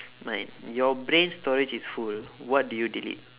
mine your brain storage is full what do you delete